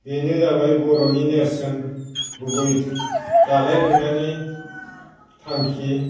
बेनो जाबाय बर'नि नेरसोन गुबै दानाय लुनायनि थांखि